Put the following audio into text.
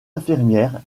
infirmière